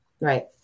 Right